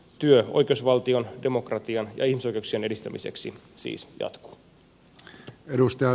työ oikeusvaltion demokratian ja ihmisoikeuksien edistämiseksi siis jatkuu